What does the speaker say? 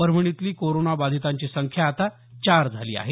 परभणीतली कोरोनाबाधितांची संख्या आता चार झाली आहे